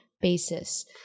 basis